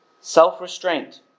self-restraint